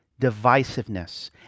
divisiveness